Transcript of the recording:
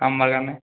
আম বাগানে